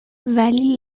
ولی